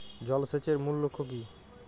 জল সেচের মূল লক্ষ্য কী?